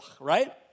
right